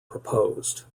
proposed